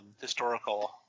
historical